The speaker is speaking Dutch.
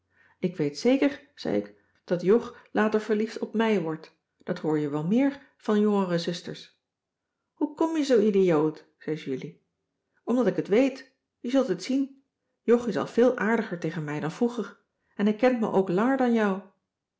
ik weet zeker zei ik dat jog later verliefd op mij wordt dat hoor je wel meer van jongere zusters hoe kom je zoo idioot zei julie omdat ik het weet je zult het zien jog is al veel aardiger tegen mij dan vroeger en hij kent mij ook langer dan jou